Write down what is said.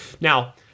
Now